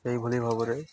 ଏହିଭଳି ଭାବରେ